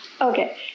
Okay